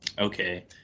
Okay